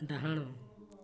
ଡାହାଣ